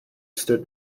stood